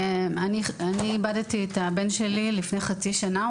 אני איבדתי את הבן שלי לפני חצי שנה.